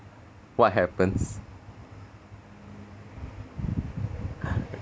what happens